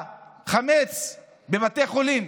החמץ בבתי החולים